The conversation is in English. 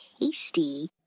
Tasty